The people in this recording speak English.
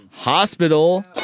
Hospital